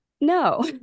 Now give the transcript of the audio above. No